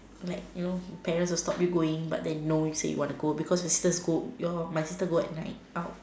like you know parents will stop you going but then no you say no you want to go because your my sisters going at night out